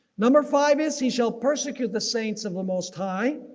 number five is. he shall persecute the saints of the most high,